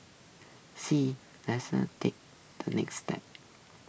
see less takes the next step